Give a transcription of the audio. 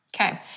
Okay